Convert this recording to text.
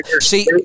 see